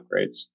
upgrades